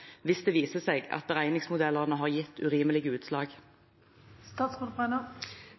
hvis det viser seg at beregningsmodellene har gitt urimelige